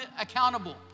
accountable